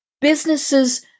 businesses